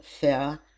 fair